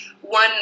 one